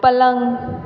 पलंग